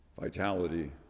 Vitality